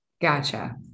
Gotcha